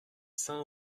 saint